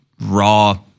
raw